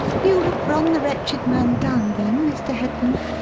you have run the wretched man down, then, mr. headland?